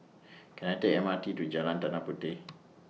Can I Take M R T to Jalan Tanah Puteh